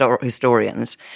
historians